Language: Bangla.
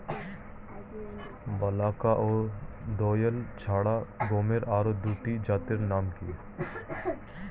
বলাকা ও দোয়েল ছাড়া গমের আরো দুটি জাতের নাম কি?